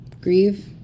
grieve